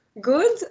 good